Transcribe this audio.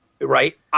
right